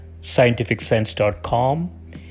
scientificsense.com